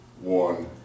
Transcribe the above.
one